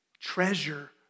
Treasure